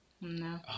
No